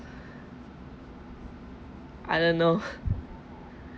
I don't know